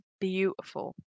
beautiful